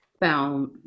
found